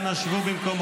זה לא בסדר, סתימת פיות,